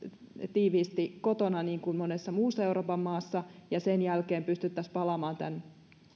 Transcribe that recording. tiiviisti kotona niin kuin monessa muussa euroopan maassa ja sen jälkeen pystyttäisiin palaamaan tämän